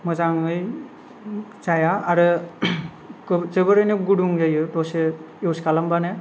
मोजाङै जाया आरो जोबोरैनो गुदुं जायो दसे इउज खालामबानो